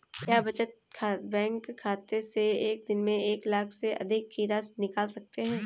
क्या बचत बैंक खाते से एक दिन में एक लाख से अधिक की राशि निकाल सकते हैं?